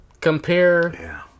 compare